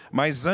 mas